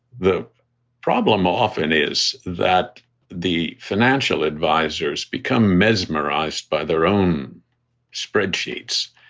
the problem often is that the financial advisers become mesmerized by their own spreadsheets.